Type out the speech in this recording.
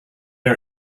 our